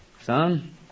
Son